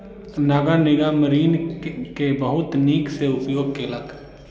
नगर निगम ऋण के बहुत नीक सॅ उपयोग केलक